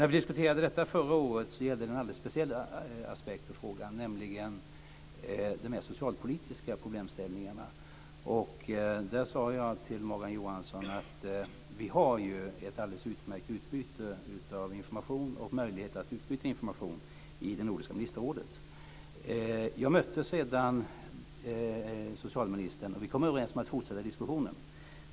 När vi diskuterade detta förra året gällde det en alldeles speciell aspekt av frågan, nämligen de mer socialpolitiska problemställningarna. Där sade jag till Morgan Johansson att vi har en alldeles utmärkt möjlighet att utbyta information i det nordiska ministerrådet. Jag mötte sedan socialministern, och vi kom överens om att fortsätta diskussionen.